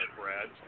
Brad